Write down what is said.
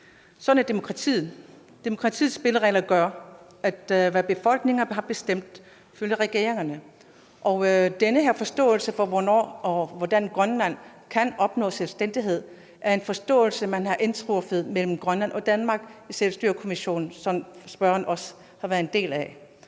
Demokratiets spilleregler gør, at hvad befolkningerne har bestemt, følger regeringerne. Og den her forståelse for, hvornår og hvordan Grønland kan opnå selvstændighed, er en forståelse, man har opnået mellem Grønland og Danmark med Selvstyrekommissionen, som spørgeren også har været en del af.